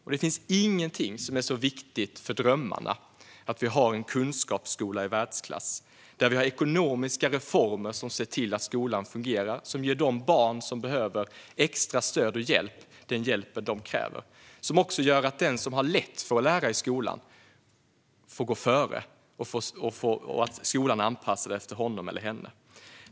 Det finns ingenting som är så viktigt för drömmarna som att vi har en kunskapsskola i världsklass. Det handlar om att vi har ekonomiska reformer som ser till att skolan fungerar och som ger de barn som behöver extra stöd och hjälp den hjälp de kräver och som också låter den som har lätt för att lära i skolan få gå före och att skolan anpassas efter honom eller henne.